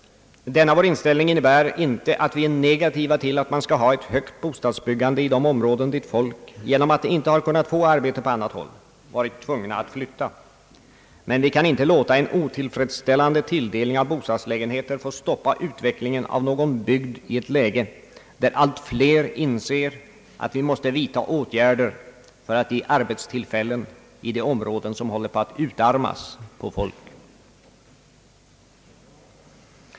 Denna vår inställning innebär inte att vi är negativa till ett omfattande bostadsbyggande i de områden dit människor varit tvungna att flytta på grund av att de inte kunnat få arbete på annat håll. Men vi kan inte låta en otillfredsställande tilldelning av bostadslägenheter få stoppa utvecklingen i någon bygd i ett läge då alla inser att vi måste vidta åtgärder för att ge arbetstillfällen i de områden som håller på att utarmas på folk.